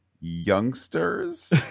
youngsters